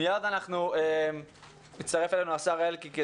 מיד יצטרף אלינו השר אלקין.